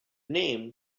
name